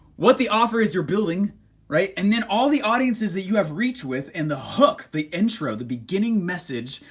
what the offer is you're building right? and then all the audiences that you have reached with and the hook, the intro, the beginning message,